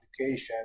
application